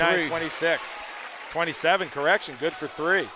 twenty six twenty seven correction good for three